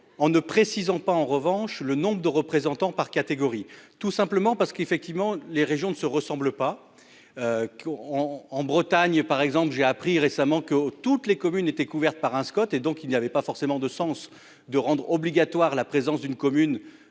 En ne précisant pas en revanche le nombre de représentants par catégorie. Tout simplement parce qu'effectivement les régions ne se ressemblent pas. Qu'. En Bretagne par exemple, j'ai appris récemment que toutes les communes étaient couvertes par un Scott et donc il n'y avait pas forcément de sens de rendre obligatoire la présence d'une commune